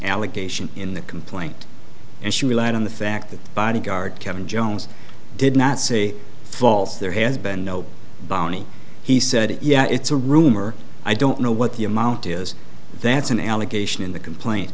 allegation in the complaint and she relied on the fact that the bodyguard kevin jones did not say false there has been no bounty he said yeah it's a rumor i don't know what the amount is that's an allegation in the complaint